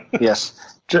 Yes